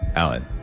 alan,